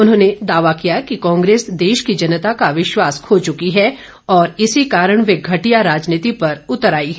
उन्होंने दावा किया कि कांग्रेस देश की जनता का विश्वास खो चुकी है और इसी कारण वह घटिया राजनीति पर उतर आई है